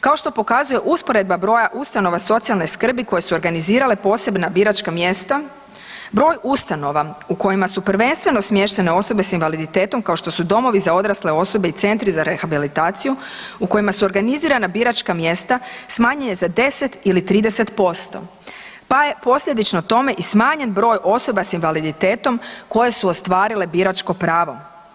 Kao što pokazuje usporedba broja ustanova socijalne skrbi koje su organizirale posebna biračka mjesta, broj ustanova u kojima su prvenstveno smještene osobe s invaliditetom kao što su domovi za odrasle osobe i centri za rehabilitaciju u kojima su organizirana biračka mjesta smanjuje za 10 ili 30% , pa je posljedično tome i smanjen broj osoba s invaliditetom koje su ostvarile biračko pravo.